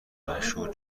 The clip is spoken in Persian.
مشهور